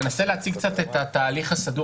ננסה להציג קצת את התהליך המסודר,